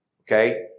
okay